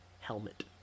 helmet